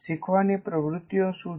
શીખવાની પ્રવૃત્તિઓ શું છે